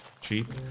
Cheap